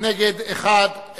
שאר ההסתייגויות,